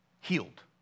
healed